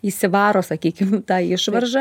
įsivaro sakykim tą išvaržą